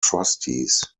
trustees